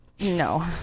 No